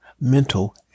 mental